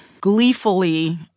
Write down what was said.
gleefully